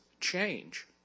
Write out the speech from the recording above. change